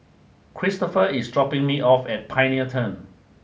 Christoper is dropping me off at Pioneer Turn